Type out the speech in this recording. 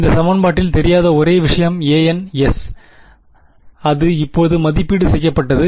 இந்த சமன்பாட்டில் தெரியாத ஒரே விஷயம் ans அது இப்போது மதிப்பீடு செய்யப்பட்டது